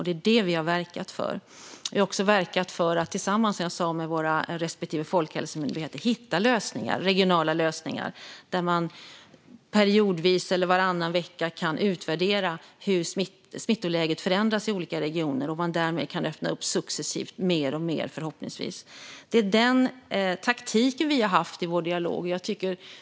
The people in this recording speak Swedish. Det är det vi har verkat för. Vi har också verkat för att tillsammans med våra respektive folkhälsomyndigheter hitta regionala lösningar där man periodvis eller varannan vecka kan utvärdera hur smittläget förändras i olika regioner och därmed öppna upp successivt, förhoppningsvis mer och mer. Det är den taktiken vi har haft i vår dialog.